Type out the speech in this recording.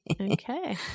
Okay